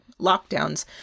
lockdowns